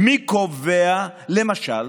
מי קובע למשל,